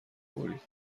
برید